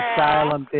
Asylum